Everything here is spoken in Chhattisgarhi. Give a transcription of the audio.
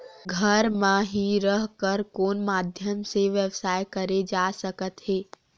घर म हि रह कर कोन माध्यम से व्यवसाय करे जा सकत हे?